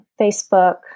Facebook